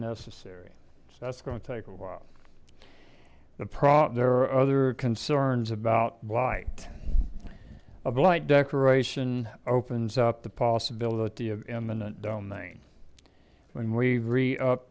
necessary that's going to take a while the prompt there are other concerns about light a blight decoration opens up the possibility of eminent domain when we read up